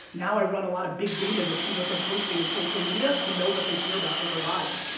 now i run a lot of big data to see what their posting in social media to know what they care about in their lives.